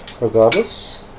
regardless